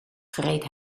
vreet